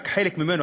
רק חלק ממנו,